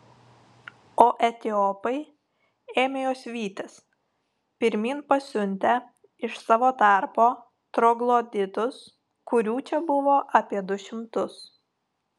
o etiopai ėmė juos vytis pirmyn pasiuntę iš savo tarpo trogloditus kurių čia buvo apie du šimtus